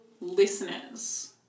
listeners